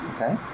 Okay